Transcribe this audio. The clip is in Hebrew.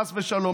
חס ושלום,